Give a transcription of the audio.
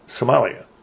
Somalia